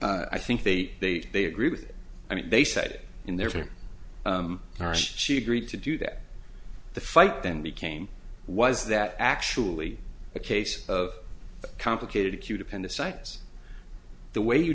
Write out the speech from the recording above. i think they they they agree with i mean they said it in there she agreed to do that the fight then became was that actually a case of complicated acute appendicitis the way you